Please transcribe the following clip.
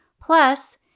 Plus